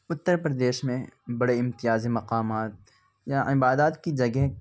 اتر پردیش میں بڑے امتیازی مقامات یا عبادات کی جگہ